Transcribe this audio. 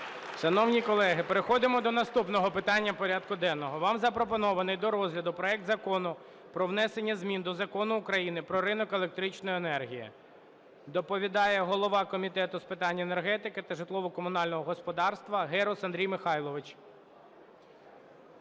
Шановні колеги, переходимо до наступного питання порядку денного. Вам запропонований до розгляду проект Закону про внесення змін до Закону України "Про ринок електричної енергії". Доповідає голова Комітету з питань енергетики та житлово-комунального господарства Герус Андрій Михайлович.